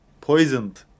poisoned